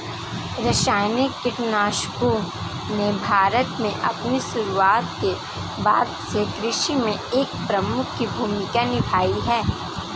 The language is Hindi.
रासायनिक कीटनाशकों ने भारत में अपनी शुरूआत के बाद से कृषि में एक प्रमुख भूमिका निभाई है